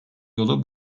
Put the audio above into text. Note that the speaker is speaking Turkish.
yolu